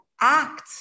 act